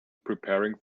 preparing